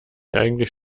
eigentlich